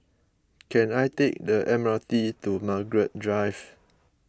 can I take the M R T to Margaret Drive